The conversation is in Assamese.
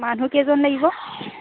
মানুহ কেইজন লাগিব